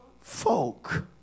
folk